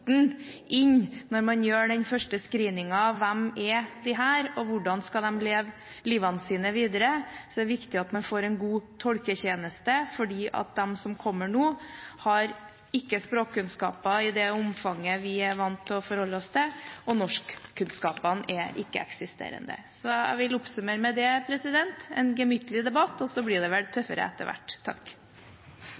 inn når man gjør den første screeningen av hvem disse menneskene er, og hvordan de skal leve livet sitt videre. Det er viktig at man får en god tolketjeneste, for de som kommer nå, har ikke språkkunnskaper i det omfanget vi er vant til, og norskkunnskapene er ikke-eksisterende. Jeg vil oppsummere med dette. Det har vært en gemyttlig debatt, og så blir det vel tøffere etter hvert.